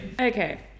okay